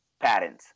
patterns